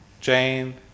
Jane